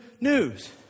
news